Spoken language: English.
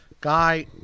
guy